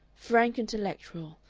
frank intellectual,